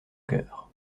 coeur